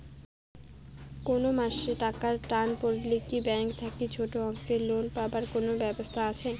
কুনো মাসে টাকার টান পড়লে কি ব্যাংক থাকি ছোটো অঙ্কের লোন পাবার কুনো ব্যাবস্থা আছে?